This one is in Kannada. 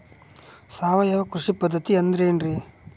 ಸಾವಯವ ಕೃಷಿ ಪದ್ಧತಿ ಅಂದ್ರೆ ಏನ್ರಿ?